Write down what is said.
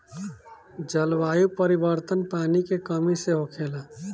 जलवायु परिवर्तन, पानी के कमी से होखेला